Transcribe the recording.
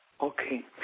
Okay